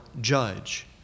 judge